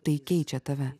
tai keičia tave